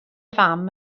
fam